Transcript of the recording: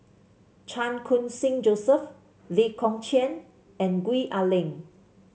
Chan Khun Sing Joseph Lee Kong Chian and Gwee Ah Leng